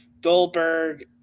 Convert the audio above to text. Goldberg